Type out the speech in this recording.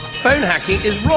phone hacking is